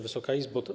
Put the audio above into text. Wysoka Izbo!